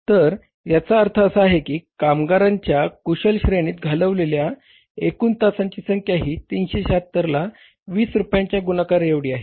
तर याचा अर्थ असा की कामगारांच्या कुशल श्रेणीत घालवलेल्या एकूण तासांची संख्या ही 376 ला 20 रुपयांच्या गुणाकाराएवढी आहे